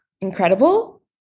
incredible